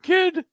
Kid